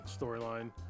storyline